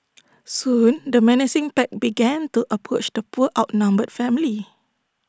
soon the menacing pack began to approach the poor outnumbered family